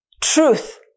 Truth